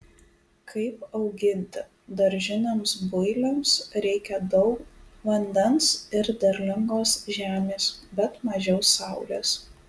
kaip auginti daržiniams builiams reikia daug vandens ir derlingos žemės bet mažiau saulės